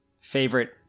favorite